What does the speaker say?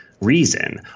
reason